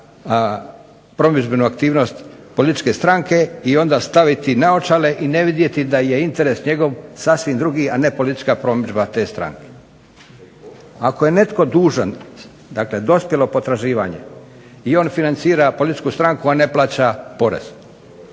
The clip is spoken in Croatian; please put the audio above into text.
promidžbenu aktivnost političke stranke i onda staviti naočale i ne vidjeti da je njegov interes sasvim drugi, a ne politička promidžba te stranke. Ako je netko dužan dakle dospjelo potraživanje i on financira političku stranku, a ne plaća porez,